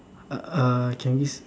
uh can you s~